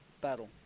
battle